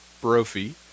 Brophy